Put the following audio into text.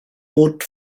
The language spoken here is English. port